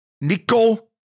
Nico